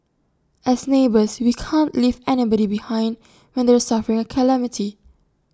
as neighbours we can't leave anybody behind when they're suffering A calamity